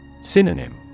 Synonym